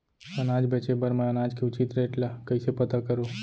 अनाज बेचे बर मैं अनाज के उचित रेट ल कइसे पता करो?